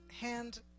Hand